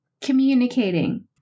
communicating